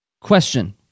Question